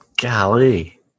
Golly